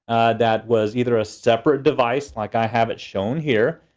that was either a separate device, like i have it shown here,